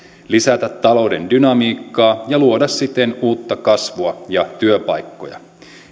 lisätä talouden dynamiikkaa ja luoda siten uutta kasvua ja työpaikkoja